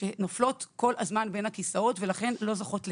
שנופלות כל הזמן בין הכיסאות ולכן לא זוכות לכלום.